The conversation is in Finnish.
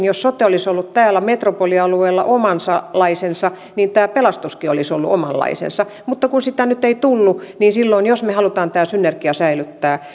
jos sote olisi ollut täällä metropolialueella omanlaisensa niin sitten tämä pelastuskin olisi ollut omanlaisensa mutta kun sitä nyt ei tullut niin jos me haluamme tämän synergian säilyttää